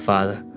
Father